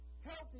Healthy